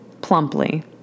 Plumply